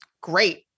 great